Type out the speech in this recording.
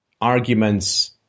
arguments –